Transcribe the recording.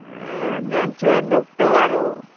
ଏ ଜାଣ୍ଛେ ଦୁଃଖ୍ତ ଆରୁ